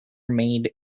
made